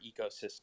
ecosystem